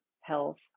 health